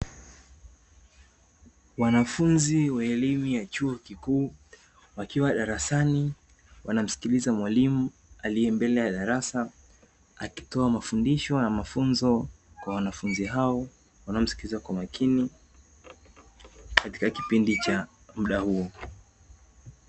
Wanafunzi wa elimu ya chuo kikuu, wakiwa darasani wanamsikiliza mwalimu aliye mbele ya darasa akitoa mafundisho na mafunzo kwa wanafunzi hao wanaomsikiliza kwa makini, katika kipindi cha muda huo.